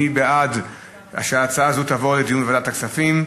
מי בעד שההצעה הזאת תעבור לדיון בוועדת הכספים?